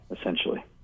essentially